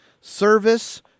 service